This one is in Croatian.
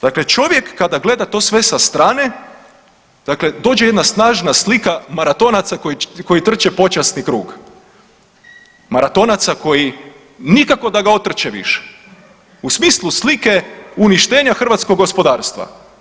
Dakle, čovjek kada gleda to sve sa strane dakle dođe jedna snažna slika maratonaca koji trče počasni krug, maratonaca koji nikako da ga otrče više u smislu slike uništenja hrvatskog gospodarstva.